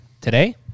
today